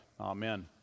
Amen